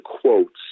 quotes